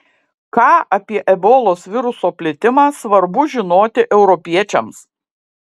ką apie ebolos viruso plitimą svarbu žinoti europiečiams